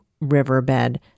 riverbed